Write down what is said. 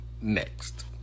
next